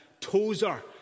Tozer